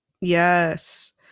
yes